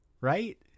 right